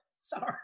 sorry